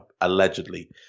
allegedly